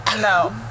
No